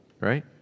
right